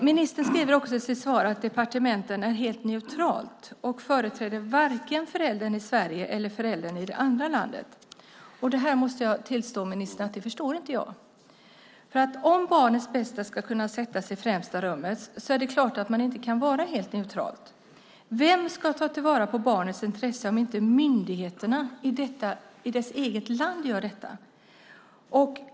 Ministern skriver också i sitt svar att departementet är helt neutralt och företräder varken föräldern i Sverige eller föräldern i det andra landet. Detta måste jag tillstå att jag inte förstår, ministern. Om barnets bästa ska kunna sättas i främsta rummet är det klart att man inte kan vara helt neutral! Vem ska tillvarata barnets intresse om inte myndigheterna i dess eget land gör det?